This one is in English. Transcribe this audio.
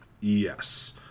Yes